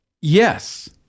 Yes